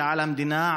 שעל המדינה,